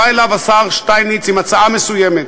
בא אליו השר שטייניץ עם הצעה מסוימת,